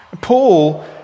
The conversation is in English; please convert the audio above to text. Paul